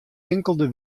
inkelde